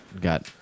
got